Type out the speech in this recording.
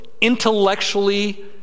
intellectually